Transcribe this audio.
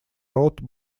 рот